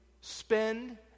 spend